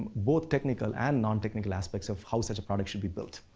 both technical and non-technical aspects of how such a product should be built.